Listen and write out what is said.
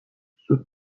زود